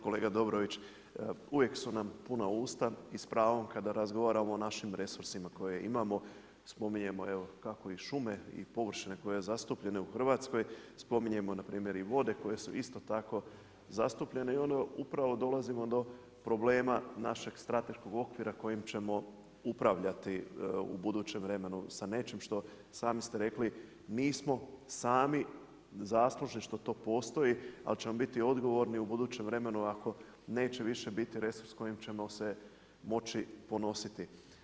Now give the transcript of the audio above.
Kolega Dobrović, uvijek su nam puna usta i spravom kada razgovaramo o našim resursima koje imamo, spominjemo evo kako i šume i površine koje su zastupljene u Hrvatskoj, spominjemo npr. i vode koje su isto tako zastupljene i onda upravo dolazimo do problema našeg strateškog okvira kojim ćemo upravljati u budućem vremenu sa nečim što, sami ste rekli, nismo sami zaslužni što to postoji ali ćemo biti odgovorni u budućem vremenu više biti resurs kojim ćemo se moći ponositi.